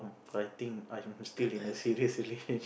I think I'm still in a serious relationship